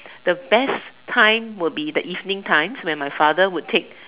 the best time would be the evening times where my father would take